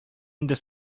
инде